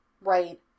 Right